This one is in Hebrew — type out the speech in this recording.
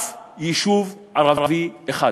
אין אף יישוב ערבי אחד.